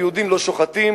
היהודים לא שוחטים,